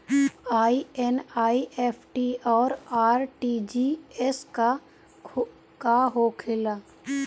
ई एन.ई.एफ.टी और आर.टी.जी.एस का होखे ला?